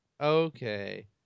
Okay